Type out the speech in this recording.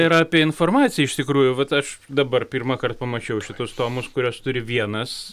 ir apie informaciją iš tikrųjų vat aš dabar pirmąkart pamačiau šituos tomus kuriuos turi vienas